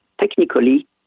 technically